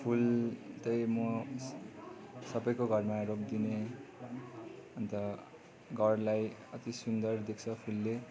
फुल चाहिँ म सबैको घरमा रोपिदिने अन्त घरलाई अति सुन्दर देख्छ फुलले